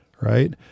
Right